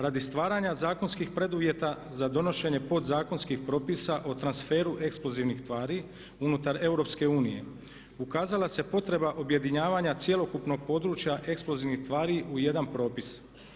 Radi stvaranja zakonskih preduvjeta za donošenje pod zakonskih propisa, o transferu eksplozivnih tvari unutar EU ukazala se potreba objedinjavanja cjelokupnog područja eksplozivnih tvari u jedan propis.